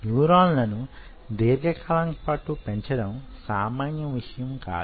న్యూరాన్ల ను దీర్ఘకాలం పాటు పెంచడం సామాన్యమైన విషయం కాదు